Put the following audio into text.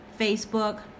Facebook